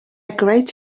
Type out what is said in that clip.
great